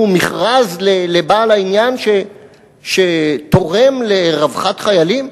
מכרז לבעל העניין שתורם לרווחת חיילים?